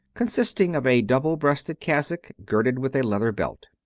consisting of a double-breasted cassock girded with a leather belt.